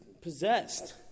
possessed